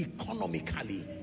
economically